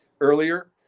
earlier